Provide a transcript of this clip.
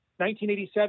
1987